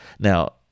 Now